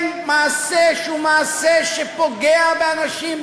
אין מעשה שפוגע באנשים,